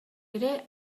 ere